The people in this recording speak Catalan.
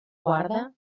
guarda